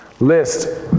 list